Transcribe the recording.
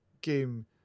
game